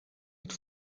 het